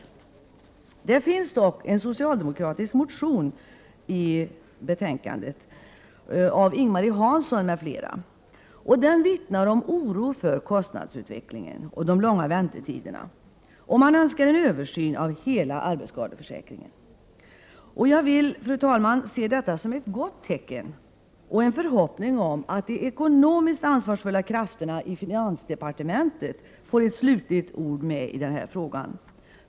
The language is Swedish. I betänkandet behandlas dock en socialdemokratisk motion av Ing-Marie Hansson m.fl. Den vittnar om oro för kostnadsutvecklingen och de långa väntetiderna och man önskar en översyn av hela arbetsskadeförsäkringen. Jag vill, fru talman, se detta som ett gott tecken och jag uttalar en förhoppning om att de ekonomiskt ansvarsfulla krafterna i finansdepartementet får ett slutligt ord med i frågan.